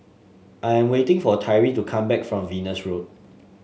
I am waiting for Tyree to come back from Venus Road